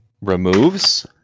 Removes